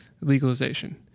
legalization